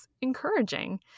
encouraging